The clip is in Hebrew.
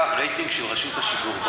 היה רייטינג בעייתי של רשות השידור.